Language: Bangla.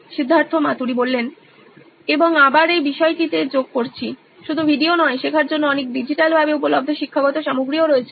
সিদ্ধার্থ মাতুরি প্রধান নির্বাহী কর্মকর্তা নইন ইলেকট্রনিক্স এবং আবার এই বিষয়টিতে যোগ করছি শুধু ভিডিও নয় শেখার জন্য অনেক ডিজিটালভাবে উপলব্ধ শিক্ষাগত সামগ্রী রয়েছে